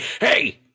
Hey